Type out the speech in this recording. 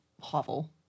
hovel